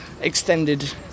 extended